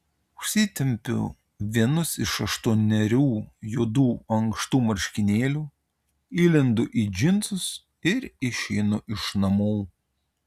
užsitempiu vienus iš aštuonerių juodų ankštų marškinėlių įlendu į džinsus ir išeinu iš namų